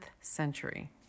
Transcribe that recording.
century